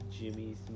Jimmy's